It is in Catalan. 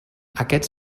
aquests